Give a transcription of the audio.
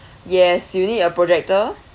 yes you need a projector